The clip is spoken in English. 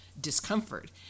discomfort